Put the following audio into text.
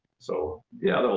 so, yeah,